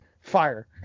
Fire